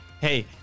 hey